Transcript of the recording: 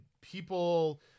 people